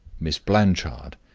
miss blanchard,